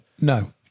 No